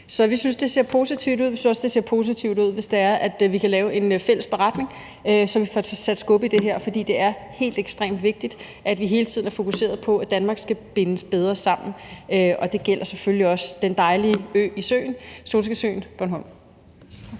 og vi synes også, det ser positivt ud, hvis vi kan lave en fælles beretning, så vi får sat skub i det her. For det er helt ekstremt vigtigt, at vi hele tiden er fokuseret på, at Danmark skal bindes bedre sammen, og det gælder selvfølgelig også den dejlige ø i søen, Solskinsøen Bornholm.